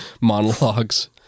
monologues